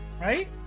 right